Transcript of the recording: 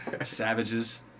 Savages